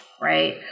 Right